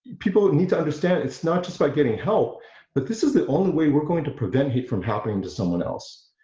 people need to understand it's not just about getting help but this is the only way we're going to prevent it from happening to someone else,